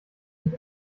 mich